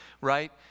right